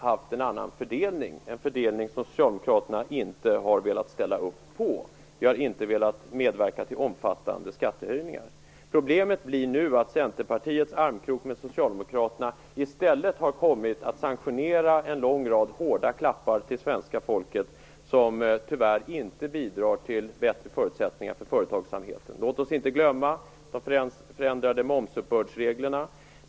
Problemet blir nu att Centerpartiets armkrok med Socialdemokraterna i stället har kommit att sanktionera en lång rad hårda klappar till svenska folket som tyvärr inte bidrar till bättre förutsättningar för företagsamheten. Låt oss inte glömma de förändrade momsuppbördsreglerna.